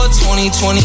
2020